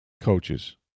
coaches